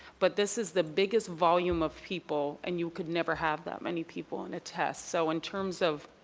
but this is the biggest volume of people and you can never have that many people in a test. so in terms of